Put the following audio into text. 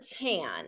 tan